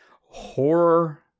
horror